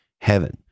heaven